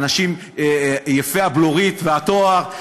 האנשים יפי הבלורית והתואר,